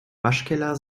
waschkeller